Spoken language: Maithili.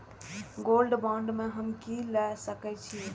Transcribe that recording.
गोल्ड बांड में हम की ल सकै छियै?